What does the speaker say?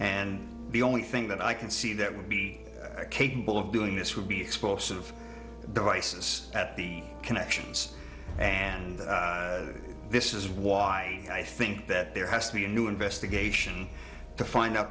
and the only thing that i can see that would be capable of doing this would be explosive devices at the connections and this is why i think that there has to be a new investigation to find out